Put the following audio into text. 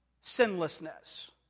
sinlessness